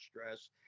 stress